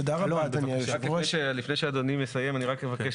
לפי תקנון הכנסת, אבקש